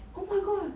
oh my god